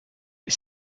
est